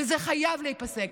וזה חייב להיפסק.